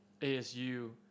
ASU